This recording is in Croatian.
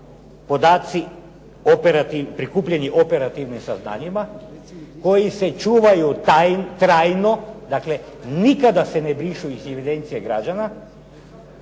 podaci prikupljeni operativnim saznanjima koji se čuvaju trajno, dakle nikada se ne brišu iz evidencije građana?